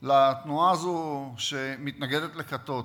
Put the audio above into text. לתנועה הזו שמתנגדת לכתות.